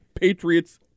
Patriots